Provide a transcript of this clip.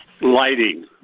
Lighting